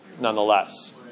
nonetheless